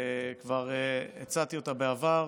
כבר הצעתי אותה בעבר.